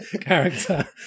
character